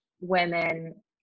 women